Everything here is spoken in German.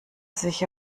sich